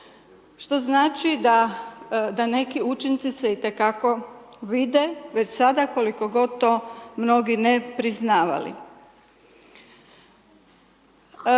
Što znači da neki učinci se itekako vide, već sada, koliko god to mnogi ne priznavali.